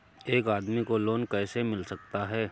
एक आदमी को लोन कैसे मिल सकता है?